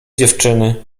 dziewczycy